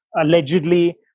allegedly